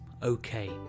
okay